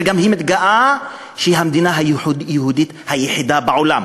היא גם מתגאה שהיא המדינה היהודית היחידה בעולם.